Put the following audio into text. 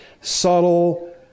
subtle